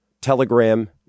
Telegram